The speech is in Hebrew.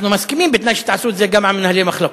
אנחנו מסכימים בתנאי שתעשו את זה גם על מנהלי מחלקות.